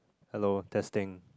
hello testing